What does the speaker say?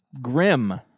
Grim